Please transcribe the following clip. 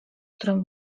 którym